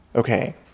Okay